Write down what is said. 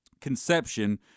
conception